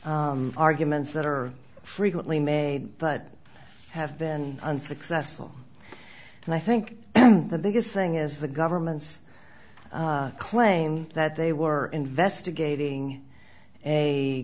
arguments that are frequently made but have been unsuccessful and i think the biggest thing is the government's claim that they were investigating a